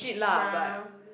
na